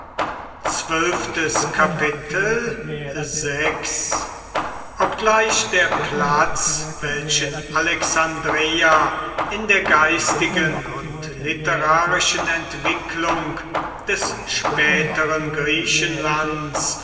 obgleich der platz welchen alexandreia in der geistigen und literarischen entwicklung des späteren griechenlands